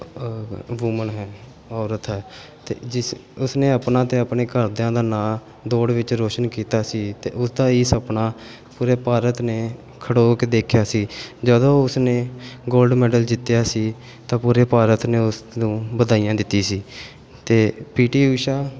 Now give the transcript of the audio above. woman ਹੈ ਔਰਤ ਹੈ ਅਤੇ ਜਿਸ ਉਸਨੇ ਆਪਣਾ ਅਤੇ ਆਪਣੇ ਘਰਦਿਆਂ ਦਾ ਨਾਂ ਦੌੜ ਵਿੱਚ ਰੌਸ਼ਨ ਕੀਤਾ ਸੀ ਅਤੇ ਉਸਦਾ ਇਹ ਸੁਪਨਾ ਪੂਰੇ ਭਾਰਤ ਨੇ ਖੜੋ ਕੇ ਦੇਖਿਆ ਸੀ ਜਦੋਂ ਉਸਨੇ ਗੋਲਡ ਮੈਡਲ ਜਿੱਤਿਆ ਸੀ ਤਾਂ ਪੂਰੇ ਭਾਰਤ ਨੇ ਉਸ ਨੂੰ ਵਧਾਈਆਂ ਦਿੱਤੀ ਸੀ ਅਤੇ ਪੀਟੀ ਊਸ਼ਾ